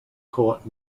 court